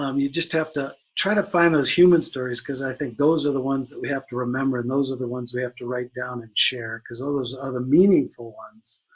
um you just have to try to find those human stories because i think those are the ones that we have to remember, and those are the ones we have to write down and share, because all those are the meaningful ones.